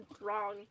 wrong